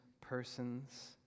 persons